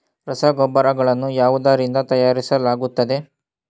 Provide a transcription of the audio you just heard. ರಸಗೊಬ್ಬರಗಳನ್ನು ಯಾವುದರಿಂದ ತಯಾರಿಸಲಾಗುತ್ತದೆ?